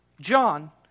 John